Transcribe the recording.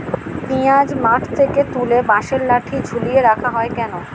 পিঁয়াজ মাঠ থেকে তুলে বাঁশের লাঠি ঝুলিয়ে রাখা হয় কেন?